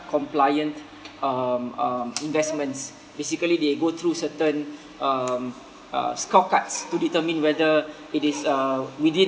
compliant um um investments basically they go through certain um uh scorecards to determine whether it is uh within